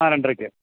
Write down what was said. ആ രണ്ട് അരക്ക്